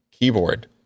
keyboard